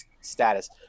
status